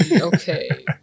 okay